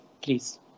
please